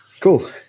Cool